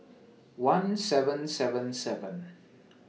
one seven seven seven